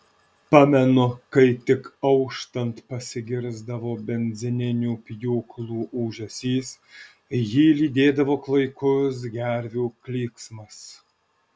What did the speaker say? pamenu kai tik auštant pasigirsdavo benzininių pjūklų ūžesys jį lydėdavo klaikus gervių klyksmas